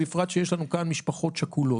בפרט שיש לנו כאן משפחות שכולות,